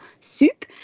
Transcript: Soup